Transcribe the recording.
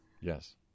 Yes